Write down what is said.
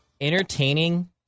entertaining